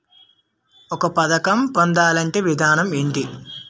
ఒక పథకం పొందాలంటే విధానం ఏంటి?